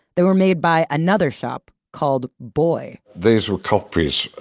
they were made by another shop called boy those were copies.